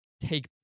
take